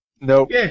Nope